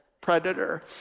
predator